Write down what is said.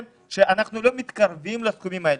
אנחנו לא מתקרבים לסכומים האלה.